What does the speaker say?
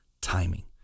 timing